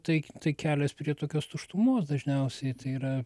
tai tai kelias prie tokios tuštumos dažniausiai tai yra